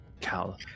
Cal